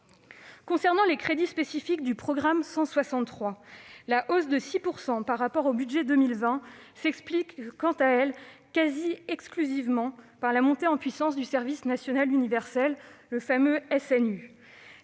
Concernant les crédits spécifiques du programme 163, la hausse de 6 % par rapport au budget pour 2020 s'explique quasi exclusivement par la montée en puissance du service national universel, le fameux SNU.